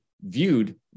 viewed